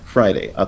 Friday